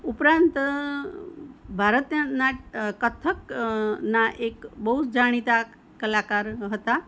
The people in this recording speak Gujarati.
ઉપરાંત ભારતના કથકના એક બહુ જાણીતા કલાકાર હતા